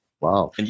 Wow